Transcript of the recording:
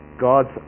God's